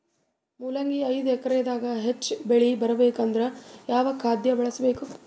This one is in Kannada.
ಮೊಲಂಗಿ ಐದು ಎಕರೆ ದಾಗ ಹೆಚ್ಚ ಬೆಳಿ ಬರಬೇಕು ಅಂದರ ಯಾವ ಖಾದ್ಯ ಬಳಸಬೇಕು?